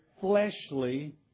fleshly